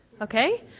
Okay